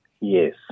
Yes